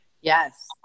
yes